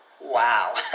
Wow